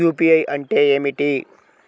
UPI అంటే ఏమిటీ?